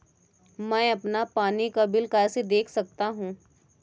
मैं अपना पानी का बिल कैसे देख सकता हूँ?